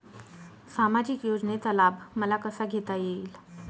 सामाजिक योजनेचा लाभ मला कसा घेता येईल?